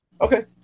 Okay